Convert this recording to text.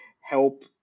help